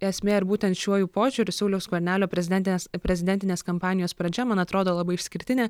esmė ir būtent šiuo jų požiūriu sauliaus skvernelio prezidentinės prezidentinės kampanijos pradžia man atrodo labai išskirtinė